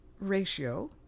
ratio